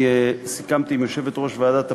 סיכמתי עם יושבת-ראש ועדת הפנים,